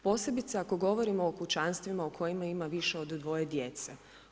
Posebice ako govorimo o kućanstvima u kojima ima više od 2 djece.